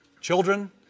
Children